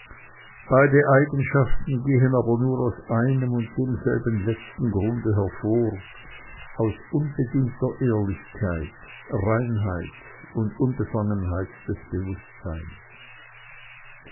beide eigenschaften gehen aber nur aus einem und demselben letzten grunde hervor aus unbedingter ehrlichkeit reinheit und unbefangenheit des bewußtseins